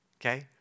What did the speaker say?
okay